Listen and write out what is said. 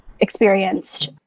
experienced